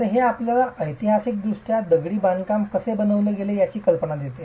तर हे आपल्याला ऐतिहासिकदृष्ट्या दगडी बांधकाम कसे बनविले गेले याची कल्पना देते